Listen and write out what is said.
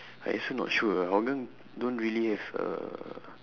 I also not sure ah hougang don't really have a